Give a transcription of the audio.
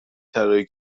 طراحی